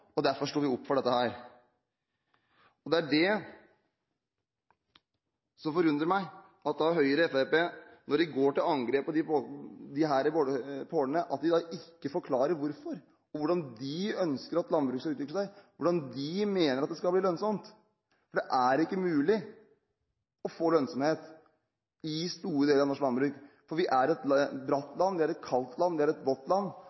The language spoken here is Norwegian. derfor sto vi opp for dette her. Det forundrer meg at Høyre og Fremskrittspartiet, når de går til angrep på disse hovedstolpene, at de da ikke forklarer hvorfor, hvordan de ønsker at landbruket skal utvikle seg og hvordan de mener at det skal bli lønnsomt. I store deler av norsk landbruk er det ikke mulig å få lønnsomhet, for vi er et bratt, kaldt og vått land. Det å drive landbruk i Norge er